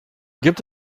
gibt